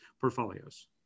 portfolios